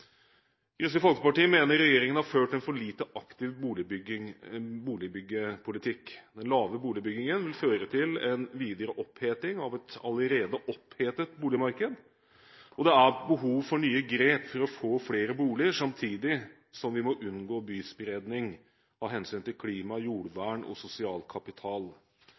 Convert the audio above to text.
Kristelig Folkeparti mener regjeringen har ført en for lite aktiv boligbyggepolitikk. Den lave boligbyggingen vil føre til en videre oppheting av et allerede opphetet boligmarked, og det er behov for nye grep for å få flere boliger, samtidig som vi må unngå byspredning av hensyn til klima, jordvern og sosial kapital.